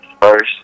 first